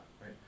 right